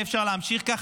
אי-אפשר להמשיך כך,